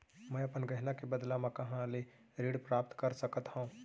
मै अपन गहना के बदला मा कहाँ ले ऋण प्राप्त कर सकत हव?